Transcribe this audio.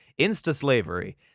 Insta-slavery